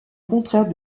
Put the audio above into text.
contraire